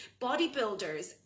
Bodybuilders